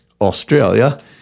Australia